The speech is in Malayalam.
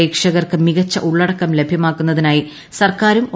പ്രേക്ഷകർക്ക് മികച്ച ഉളളടക്കം ലഭ്യമാക്കുന്നതിനായി സർക്കാരും ഒ